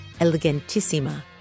Elegantissima